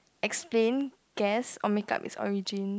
explain guess or make up it's origin